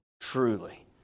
truly